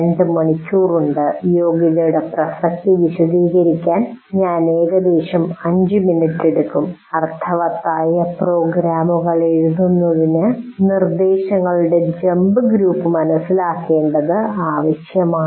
2 മണിക്കൂർ ഉണ്ട് യോഗ്യതയുടെ പ്രസക്തി വിശദീകരിക്കാൻ ഞാൻ ഏകദേശം 5 മിനിറ്റ് എടുക്കും അർത്ഥവത്തായ പ്രോഗ്രാമുകൾ എഴുതുന്നതിന് നിർദ്ദേശങ്ങളുടെ ജമ്പ് ഗ്രൂപ്പ് മനസിലാക്കേണ്ടത് ആവശ്യമാണ്